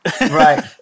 right